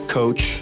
coach